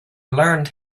learned